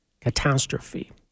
catastrophe